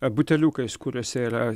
buteliukais kuriuose yra